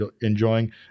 enjoying